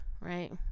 right